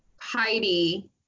Heidi